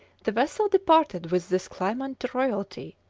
the vessel departed with this claimant to royalty,